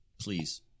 please